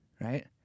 right